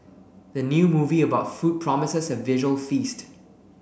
the new movie about food promises a visual feast